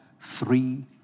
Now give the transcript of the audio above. three